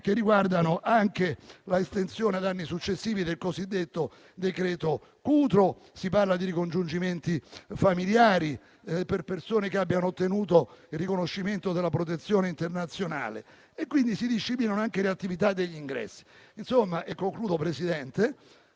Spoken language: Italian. che riguardano anche l'estensione ad anni successivi del cosiddetto decreto-legge Cutro. Si parla di congiungimenti familiari per persone che abbiano ottenuto il riconoscimento della protezione internazionale, e quindi si disciplinano anche le attività degli ingressi. Insomma, si tratta